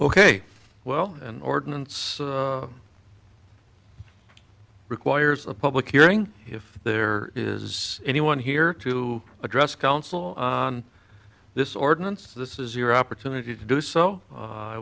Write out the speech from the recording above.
ok well an ordinance requires a public hearing if there is anyone here to address council on this ordinance this is your opportunity to do so